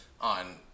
on